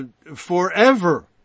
forever